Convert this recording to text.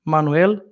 Manuel